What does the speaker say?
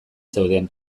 zeuden